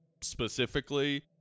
specifically